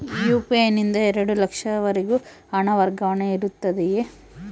UPI ನಿಂದ ಎರಡು ಲಕ್ಷದವರೆಗೂ ಹಣ ವರ್ಗಾವಣೆ ಇರುತ್ತದೆಯೇ?